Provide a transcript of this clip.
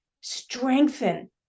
strengthen